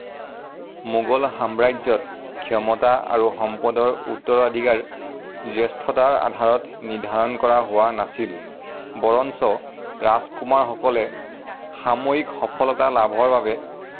মোগল সাম্ৰাজ্যত ক্ষমতা আৰু সম্পদৰ উত্তৰাধিকাৰ জ্যেষ্ঠতাৰ আধাৰত নিৰ্ধাৰণ কৰা হোৱা নাছিল বৰঞ্চ ৰাজকুমাৰসকলে সামৰিক সফলতা লাভৰ বাবে